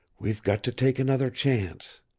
we've got to take another chance.